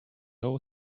all